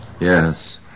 Yes